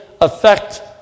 affect